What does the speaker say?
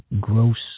gross